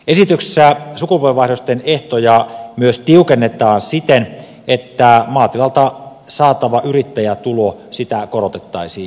esityksessä sukupolvenvaihdosten ehtoja tiukennetaan myös siten että maatilalta saatavaa yrittäjätuloa korotettaisiin